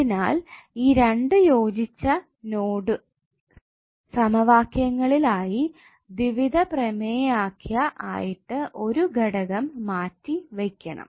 അതിനാൽ ഈ രണ്ടു യോജിച്ച നോഡൽ സമവാക്യങ്ങളിൽ ആയി ദ്വിവിധ പ്രമേയാഖ്യ ആയിട്ട് ഒരു ഘടകം മാറ്റി വെക്കണം